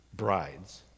Brides